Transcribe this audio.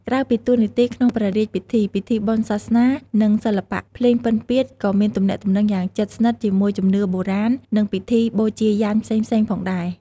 ក្រៅពីតួនាទីក្នុងព្រះរាជពិធី ពិធីបុណ្យសាសនា និងសិល្បៈ ភ្លេងពិណពាទ្យ ក៏មានទំនាក់ទំនងយ៉ាងជិតស្និទ្ធជាមួយជំនឿបុរាណ និងពិធីបូជាយញ្ញផ្សេងៗផងដែរ។